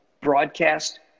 broadcast